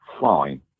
fine